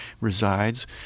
resides